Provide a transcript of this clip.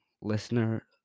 listener